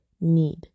need